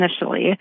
initially